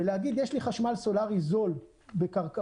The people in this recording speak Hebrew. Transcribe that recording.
ולהגיד: יש לי חשמל סולארי זול בקרקעות,